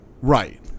Right